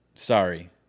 Sorry